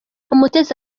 umutesi